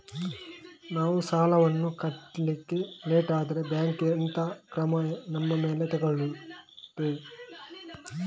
ನಾವು ಸಾಲ ವನ್ನು ಕಟ್ಲಿಕ್ಕೆ ಲೇಟ್ ಆದ್ರೆ ಬ್ಯಾಂಕ್ ಎಂತ ಕ್ರಮ ನಮ್ಮ ಮೇಲೆ ತೆಗೊಳ್ತಾದೆ?